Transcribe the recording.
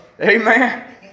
amen